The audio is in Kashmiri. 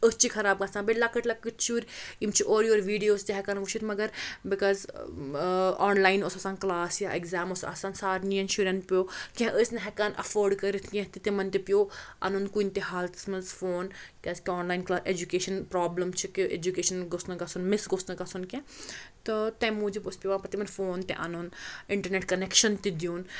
أچھ چھِ خراب گژھان بیٚیہِ لۄکٕٹۍ لۄکٕٹۍ شُرۍ یِم چھِ اورٕ یورٕ ویٖڈیوز تہِ ہٮ۪کان وٕچھِتھ مگر بِکاز آنلاین اوس آسان کٕلاس یا ایٚکزام اوس آسان سارنِیَن شُرٮ۪ن پیوٚو کینٛہہ ٲسۍ نہٕ ہٮ۪کان ایٚفٲڈ کٔرِتھ کینٛہہ تہِ تِمَن تہِ پیوٚو اَنُن کُنہِ تہِ حالتَس منٛز فون کیٛازِکہِ آنلاین کٕلا ایٚجُکیشَن پرٛابلِم چھِ کہِ ایٚجُکیشَن گوٚژھ نہٕ گژھُن مِس گوٚژھ نہٕ گژھُن کینٛہہ تہٕ تَمہِ موٗجوٗب اوس پٮ۪وان پَتہٕ تِمَن فون تہِ اَنُن اِنٹَرنٮ۪ٹ کَنٮ۪کشَن تہِ دیُن